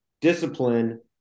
discipline